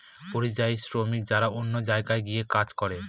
পরিযায়ী শ্রমিক যারা অন্য জায়গায় গিয়ে কাজ করে